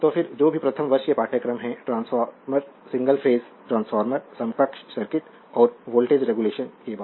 और फिर जो भी प्रथम वर्ष के पाठ्यक्रम हैं ट्रांसफार्मर सिंगल फेज ट्रांसफार्मर समकक्ष सर्किट और वोल्टेज रेगुलेशन के बाद